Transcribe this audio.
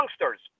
youngsters